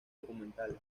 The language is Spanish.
documentales